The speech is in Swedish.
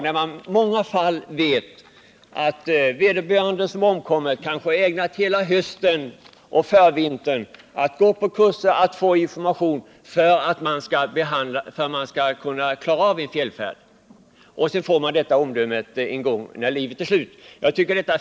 När de anhöriga vet att den som har omkommit har ägnat hela hösten och förvintern åt att gå på kurser och skaffa sig information för att klara av en fjällfärd känns det hårt för dem att höra ett sådant omdöme.